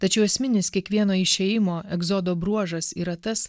tačiau esminis kiekvieno išėjimo egzodo bruožas yra tas